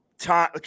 time